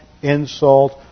insult